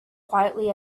quietly